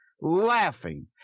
laughing